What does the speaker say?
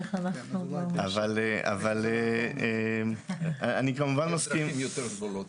איך אנחנו --- יש דרכים יותר גדולות.